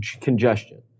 Congestion